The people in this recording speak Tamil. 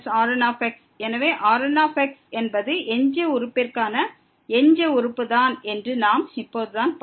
Rn எனவே Rn என்பது எஞ்சிய உறுப்பிகிற்கான எஞ்சிய உறுப்பு தான் என்று நாம் இப்போது தான் பார்த்தோம்